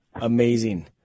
Amazing